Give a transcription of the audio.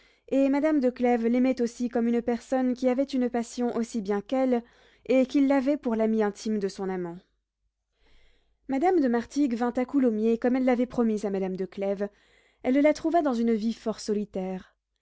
et madame de clèves l'aimait aussi comme une personne qui avait une passion aussi bien qu'elle et qui l'avait pour l'ami intime de son amant madame de martigues vint à coulommiers comme elle l'avait promis à madame de clèves elle la trouva dans une vie fort solitaire